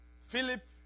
Philip